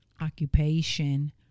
occupation